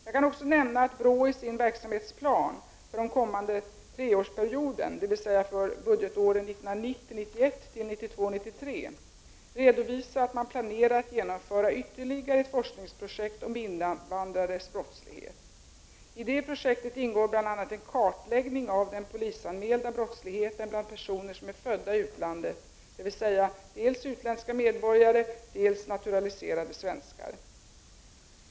Jag kan också nämna att BRÅ i sin verksamhetsplan för den kommande treårsperioden, dvs. för budgetåren 1990 93, redovisar att man planerar att genomföra ytterligare ett forskningsprojekt om invandrares brottslighet. I det projektet ingår bl.a. en kartläggning av den polisanmälda brottsligheten bland personer som är födda i utlandet, dvs. dels utländska medborgare, dels naturaliserade svenskar.